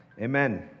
amen